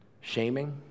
Shaming